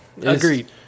Agreed